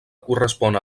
correspon